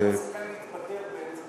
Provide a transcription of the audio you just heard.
שחקן אחד יתפטר באמצע